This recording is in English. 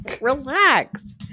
relax